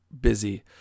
busy